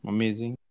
Amazing